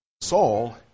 Saul